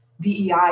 DEI